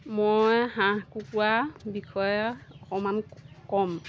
মই হাঁহ কুকুৰা বিষয়ে অকণমান কম